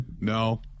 No